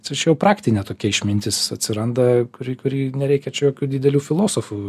ta čia jau praktinė tokia išmintis atsiranda kuri kuri nereikia jokių didelių filosofų